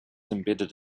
embedded